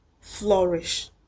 flourish